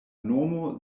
nomo